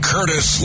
Curtis